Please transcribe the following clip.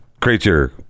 creature